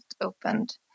opened